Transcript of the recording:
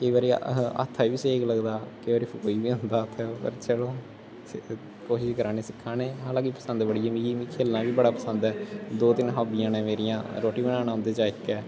केईं बारी हत्था गी बी सेक लगदा केईं बारी फकोई बी जंदा हत्थ पर चलो कुछ बी करा ने सिक्खा ने हालांकि पसंद बड़ी ऐ मिगी मीं खेलना बी बड़ा पसंद ऐ दो तिन्न हाबियां न मेरियां रोटी बनाना उं'दे चा इक ऐ